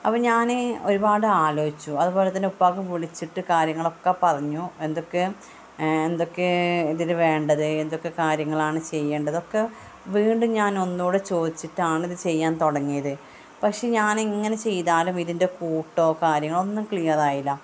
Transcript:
അപ്പം ഞാൻ ഒരുപാട് ആലോചിച്ചു അതുപോലെത്തന്നെ ഉപ്പാക്ക് വിളിച്ചിട്ട് കാര്യങ്ങളൊക്കെ പറഞ്ഞു എന്തൊക്കെ എന്തൊക്കേ ഇതിൽ വേണ്ടത് എന്തൊക്കെ കാര്യങ്ങളാണ് ചെയ്യണ്ടതൊക്കെ വീണ്ടും ഞാൻ ഒന്നുകൂടെ ചോദിച്ചിട്ടാണ് ഇത് ചെയ്യാൻ തുടങ്ങിയത് പക്ഷെ ഞാൻ എങ്ങനെ ചെയ്താലും ഇതിൻ്റെ കൂട്ടോ കാര്യങ്ങളോ ഒന്നും ക്ലിയർ ആയില്ല